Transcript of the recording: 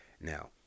now